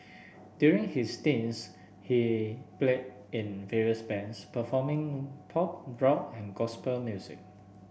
during his teens he played in various bands performing pop rock and gospel music